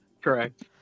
Correct